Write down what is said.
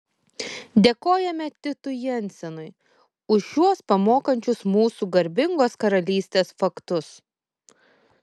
dėkojame titui jensenui už šiuos pamokančius mūsų garbingos karalystės faktus